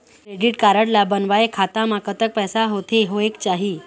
Credit card ला बनवाए खाता मा कतक पैसा होथे होएक चाही?